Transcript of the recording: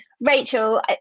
Rachel